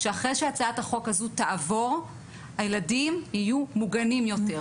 חד-משמעית שאחרי שהצעת החוק הזאת תעבור הילדים יהיו מוגנים יותר.